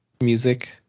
music